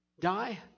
die